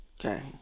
Okay